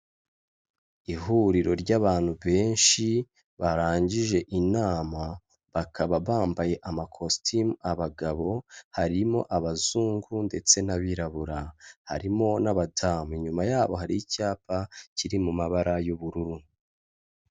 Ihuriro ry'abantu benshi barangije inama, bakaba bambaye amakositimu abagabo, harimo abazungu ndetse n'abirabura, harimo n'abadamu. Inyuma yabo hari icyapa kiri mu mabara y'ubururu.